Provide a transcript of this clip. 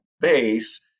base